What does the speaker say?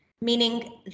meaning